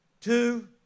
two